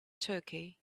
turkey